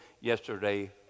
yesterday